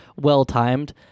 well-timed